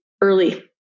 early